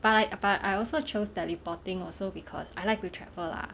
but I but I also chose teleporting also because I like to travel lah